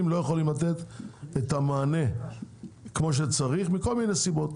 לא יכולים לתת את המענה כמו שצריך מכל מיני סיבות.